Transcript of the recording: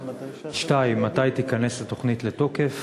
2. מתי תיכנס התוכנית לתוקף?